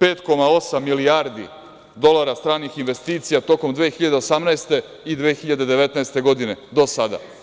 5,8 milijardi dolara stranih investicija tokom 2018. i 2019. godine, do sada.